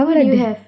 what did you have